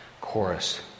chorus